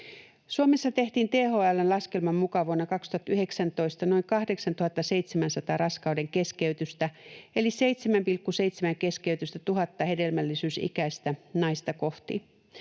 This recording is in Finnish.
Suomessa tehtiin THL:n laskelman mukaan vuonna 2019 noin 8 700 raskauden keskeytystä eli 7,7 keskeytystä tuhatta hedelmällisyysikäistä naista kohti.